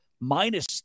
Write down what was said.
minus